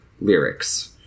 lyrics